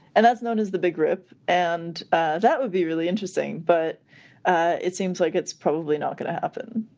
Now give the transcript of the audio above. and that's known as the big rip, and that would be really interesting but it seems like it's probably not going to happen.